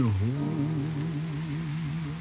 home